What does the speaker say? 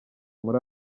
muri